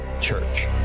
church